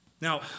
Now